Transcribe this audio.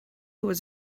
was